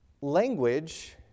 Language